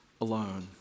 alone